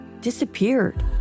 disappeared